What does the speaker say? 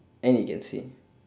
and it can see